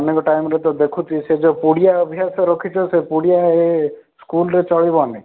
ଅନେକ ଟାଇମରେ ତ ଦେଖୁଛି ସେ ଯେଉଁ ପୁଡ଼ିଆ ଅଭ୍ୟାସ ରଖିଛ ସେ ପୁଡ଼ିଆ ସ୍କୁଲରେ ଚଳିବନି